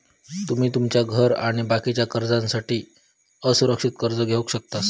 तुमी तुमच्या घर आणि बाकीच्या गरजांसाठी असुरक्षित कर्ज घेवक शकतास